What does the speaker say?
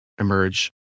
emerge